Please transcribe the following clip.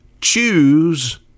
Choose